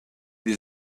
sie